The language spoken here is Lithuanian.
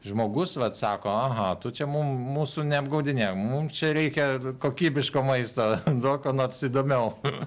žmogus vat sako aha tu čia mum mūsų neapgaudinėk mum čia reikia kokybiško maisto duok ko nors įdomiau